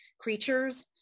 creatures